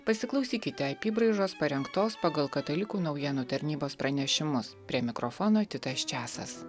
pasiklausykite apybraižos parengtos pagal katalikų naujienų tarnybos pranešimus prie mikrofono titas čiasas